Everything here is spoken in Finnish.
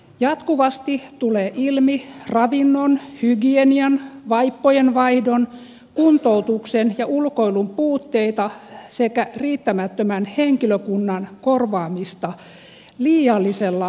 jatkuvasti tulee ilmi ravinnon hygienian vaippojenvaihdon kuntoutuksen ja ulkoilun puutteita sekä riittämättömän henkilökunnan korvaamista liiallisella lääkityksellä